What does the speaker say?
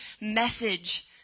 message